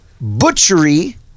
butchery